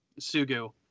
Sugu